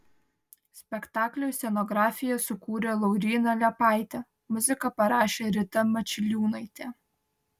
spektakliui scenografiją sukūrė lauryna liepaitė muziką parašė rita mačiliūnaitė